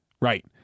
Right